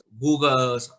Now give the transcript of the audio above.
Google